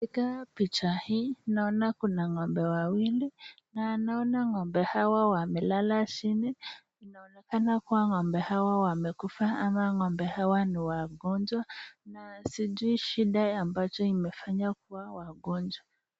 Katika picha hii aina Kuna ng'ombe wawili na naona ng'ombe Hawa wamelala chini . Wanaonenlkana ng'ombe Hawa wamekufa ama ng'ombe Hawa ni wagonjwa na sijui shida ambayo imewafanya kuwa wagonjwa.